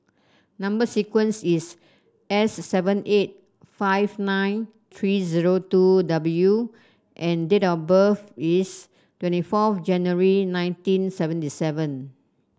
number sequence is S seven eight five nine three zero two W and date of birth is twenty four January nineteen seventy seven